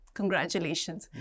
Congratulations